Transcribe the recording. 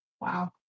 Wow